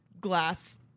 glass